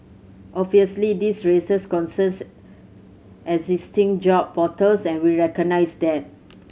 obviously this raises concerns existing job portals and we recognise that